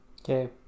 Okay